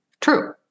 true